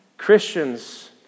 Christians